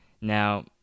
Now